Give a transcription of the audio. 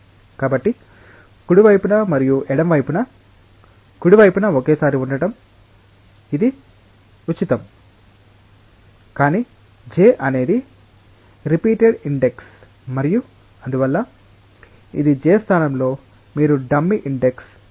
కాబట్టి కుడి వైపున మరియు ఎడమ వైపున కుడి వైపున ఒకేసారి ఉండటం ఇది ఉచితం కానీ j అనేది రిపీటెడ్ ఇండెక్స్ మరియు అందువల్ల ఇది j స్థానంలో మీరు డమ్మి ఇండెక్స్